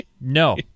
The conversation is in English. No